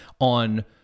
on